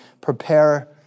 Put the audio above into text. prepare